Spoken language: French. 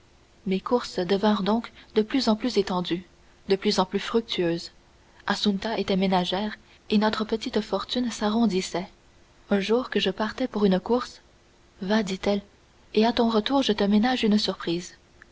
mes courses devinrent donc de plus en plus étendues de plus en plus fructueuses assunta était ménagère et notre petite fortune s'arrondissait un jour que je partais pour une course va dit-elle et à ton retour je te ménage une surprise